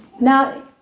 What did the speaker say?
Now